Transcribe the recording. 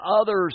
others